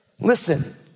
Listen